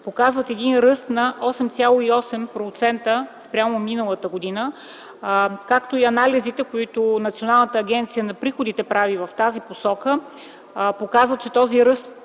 показват ръст на 8,8% спрямо миналата година, както и анализите, които Националната агенция на приходите прави в тази посока, показват, че тази